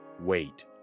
Wait